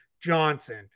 Johnson